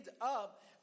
up